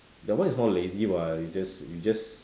that one is not lazy [what] it's just it's just